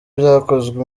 byakozwe